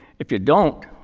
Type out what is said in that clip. if you don't,